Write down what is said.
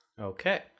okay